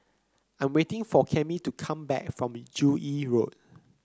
I'm waiting for Cammie to come back from Joo Yee Road